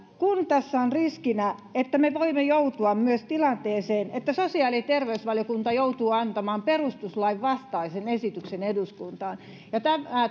kun tässä on riskinä että me voimme joutua myös tilanteeseen että sosiaali ja terveysvaliokunta joutuu antamaan perustuslain vastaisen esityksen eduskuntaan ja tämä